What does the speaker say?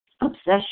obsession